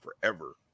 forever